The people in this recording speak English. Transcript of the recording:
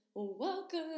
Welcome